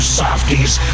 softies